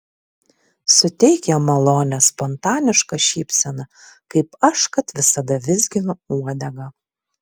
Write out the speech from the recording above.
suteik jam malonią spontanišką šypseną kaip aš kad visada vizginu uodegą